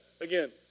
again